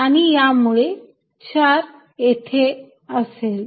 आणि यामुळे चार्ज जेथे असेल